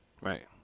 Right